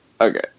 okay